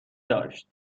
داشت